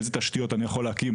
איזה תשתיות אני יכול להקים,